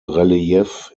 relief